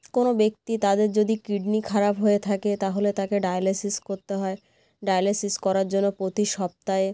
কোনো ব্যক্তি তাদের যদি কিডনি খারাপ হয়ে থাকে তাহলে তাকে ডায়ালাইসিস করতে হয় ডায়ালাইসিস করার জন্য প্রতি সপ্তাহে